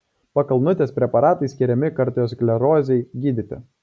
pakalnutės preparatai skiriami kardiosklerozei gydyti